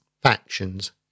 factions